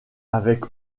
avec